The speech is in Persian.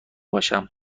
باشم